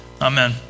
Amen